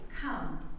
come